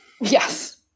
Yes